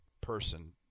person